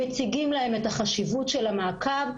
מציגים להם את החשיבות של המעקב,